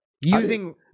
using